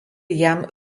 jam